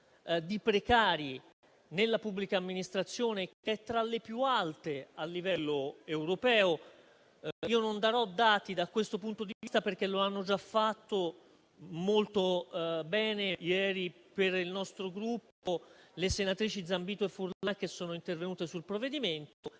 elevata; una quantità di precari tra le più alte a livello europeo. Io non darò dati da questo punto di vista, perché lo hanno già fatto molto bene ieri per il nostro Gruppo le senatrici Zambito e Furlan, che sono intervenute sul provvedimento.